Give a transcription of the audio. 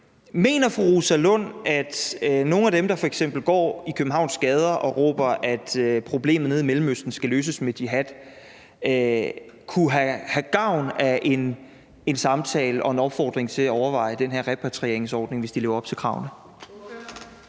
Mener fru Rosa Lund, at nogle af dem, der f.eks. går i Københavns gader og råber, at problemet nede i Mellemøsten skal løses med jihad, kunne have gavn af en samtale og en opfordring til at overveje den her repatrieringsordning, hvis de lever op til kravene?